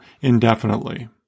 indefinitely